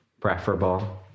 preferable